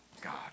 God